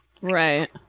Right